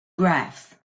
graphs